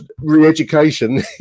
re-education